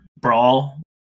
Brawl